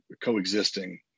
coexisting